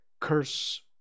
Curse